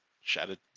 Shattered